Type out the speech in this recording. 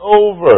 over